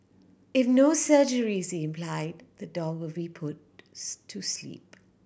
if no surgery is implied the dog will be put to sleep